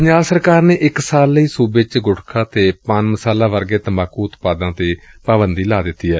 ਪੰਜਾਬ ਸਰਕਾਰ ਨੇ ਇਕ ਸਾਲ ਲਈ ਸੁਬੇ ਚ ਗੁਟਖਾ ਤੇ ਪਾਨ ਮਸਾਲਾ ਵਰਗੇ ਤੰਬਾਕੁ ਉਤਪਾਦਾਂ ਤੇ ਪਾਬੰਦੀ ਲਾ ਦਿੱਤੀ ਏ